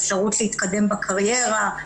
אפשרות להתקדם בקריירה,